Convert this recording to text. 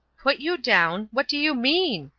put you down what do you mean?